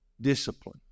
Discipline